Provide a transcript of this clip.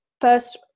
first